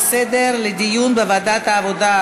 להצעה לסדר-היום ולהעביר את הנושא לוועדת העבודה,